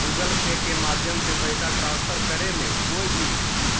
Google pay के माध्यम से पैसा ट्रांसफर करे मे कोय भी